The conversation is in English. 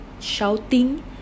shouting